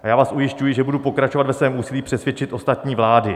A já vás ujišťuji, že budu pokračovat ve svém úsilí přesvědčit ostatní vlády.